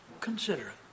Consider